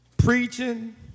Preaching